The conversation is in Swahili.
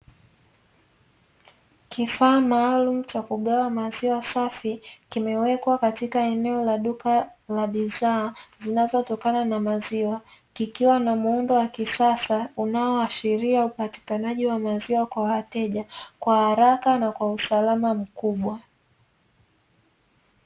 Kifaa maalumu cha kugawa maziwa safi, kimewekwa katika eneo la duka la bidhaa zinazotokana na maziwa, kikiwa na muundo wa kisasa unaoashiria upatikanaji wa maziwa kwa wateja kwa haraka na kwa usalama mkubwa.